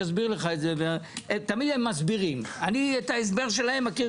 משם בא הכסף והוא נמצא בתוך ההיטלים השונים